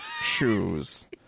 shoes